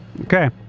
Okay